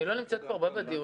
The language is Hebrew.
אני לא נמצאת פה הרבה בדיונים,